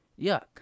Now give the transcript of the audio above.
Yuck